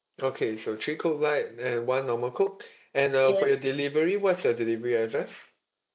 okay so three coke light and one normal coke and uh for the delivery what's your delivery address